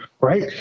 right